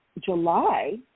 July